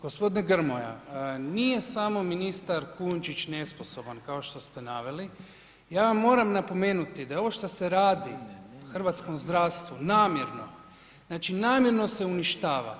Gospodine Grmoja, nije samo ministar Kujundžić nesposoban kao što ste naveli, ja vam moram napomenuti da ovo što se radi u hrvatskom zdravstvu namjerno, znači namjerno se uništava.